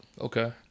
Okay